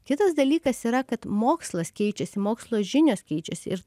kitas dalykas yra kad mokslas keičiasi mokslo žinios keičiasi ir